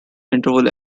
interval